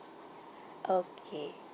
okay